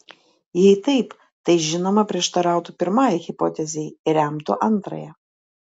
jei taip tai žinoma prieštarautų pirmajai hipotezei ir remtų antrąją